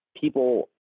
people